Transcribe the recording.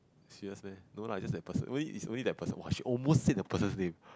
serious meh no lah its just that person maybe its only that person !wah! she almost said that person's name